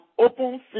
open